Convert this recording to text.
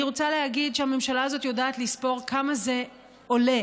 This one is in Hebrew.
אני רוצה להגיד שהממשלה הזאת יודעת לספור כמה זה עולה,